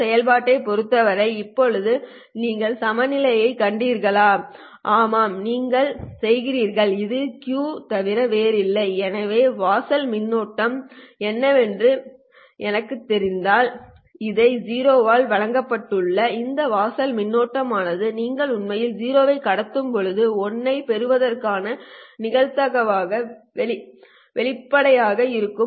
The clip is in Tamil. Q செயல்பாட்டைப் பொறுத்தவரை இப்போது நீங்கள் சமநிலையைக் காண்கிறீர்களா ஆமாம் நீங்கள் செய்கிறீர்கள் இது Q Ith σ0 தவிர வேறில்லை எனவே வாசல் மின்னோட்டம் என்னவென்று எனக்குத் தெரிந்தால் இதை 0 ஆல் வகுக்கப்பட்டுள்ள இந்த வாசல் மின்னோட்டமானது நீங்கள் உண்மையில் 0 ஐ கடத்தும் போது 1 ஐப் பெறுவதற்கான நிகழ்தகவுக்கான வெளிப்பாடாக இருக்கும்